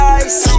ice